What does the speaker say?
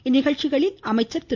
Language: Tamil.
இந்நிகழ்ச்சிகளில் அமைச்சர்கள் திரு